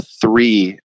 three